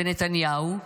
ונתניהו,